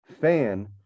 fan